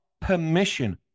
permission